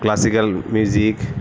classical music